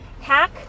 hack